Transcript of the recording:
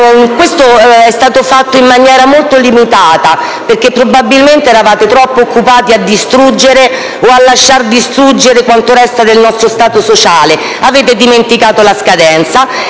Questo è stato fatto in maniera molto limitata, perché - probabilmente - eravate troppo occupati a distruggere o a lasciar distruggere quanto resta del nostro Stato sociale: avete dimenticato la scadenza